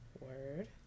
word